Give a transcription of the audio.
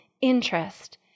interest